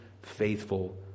faithful